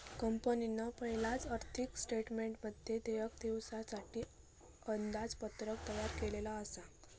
कंपनीन पयलाच आर्थिक स्टेटमेंटमध्ये देयक दिवच्यासाठी अंदाजपत्रक तयार केल्लला आसा